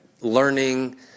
Learning